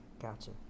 gotcha